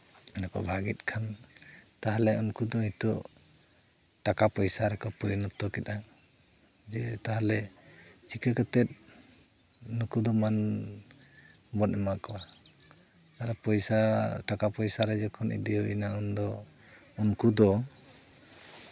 ᱟᱫᱚ ᱠᱚ ᱵᱷᱟᱜᱽ ᱜᱮᱫ ᱠᱷᱟᱱ ᱛᱟᱦᱚᱞᱮ ᱩᱱᱠᱩ ᱫᱚ ᱱᱤᱛᱚᱜ ᱴᱟᱠᱟ ᱯᱚᱭᱥᱟ ᱨᱮᱠᱚ ᱯᱚᱨᱤᱱᱚᱛᱚ ᱠᱮᱫᱟ ᱡᱮ ᱛᱟᱦᱚᱞᱮ ᱪᱤᱠᱟᱹ ᱠᱟᱛᱮ ᱱᱩᱠᱩ ᱫᱚ ᱢᱟᱹᱱ ᱵᱚᱱ ᱮᱢᱟ ᱠᱚᱣᱟ ᱟᱨ ᱯᱚᱭᱥᱟ ᱴᱟᱠᱟ ᱯᱚᱭᱥᱟᱨᱮ ᱡᱚᱠᱷᱚᱱ ᱤᱫᱤ ᱦᱩᱭᱱᱟ ᱩᱱᱫᱚ ᱩᱱᱠᱩ ᱫᱚ